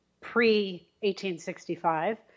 pre-1865